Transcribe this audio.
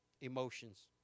emotions